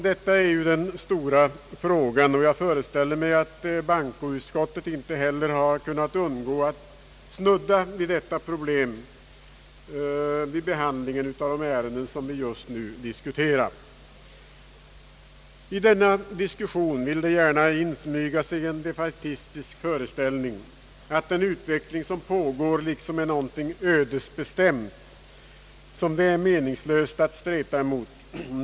Detta är ju den stora frågan, och jag föreställer mig att bankoutskottet inte heller har kunnat undgå att snudda vid detta problem vid behandlingen av det ärende som vi just nu diskuterar. I denna diskussion vill det gärna insmyga sig en defaitistisk föreställning, att den utveckling som pågår liksom är någonting ödesbestämt, som det är meningslöst att streta emot.